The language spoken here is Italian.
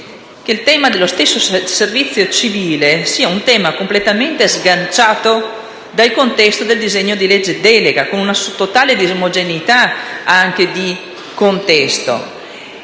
che il tema del servizio civile sia completamente sganciato dal contesto del disegno di legge delega, con una totale disomogeneità anche di contesto.